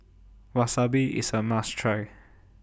Wasabi IS A must Try